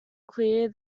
clear